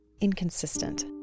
inconsistent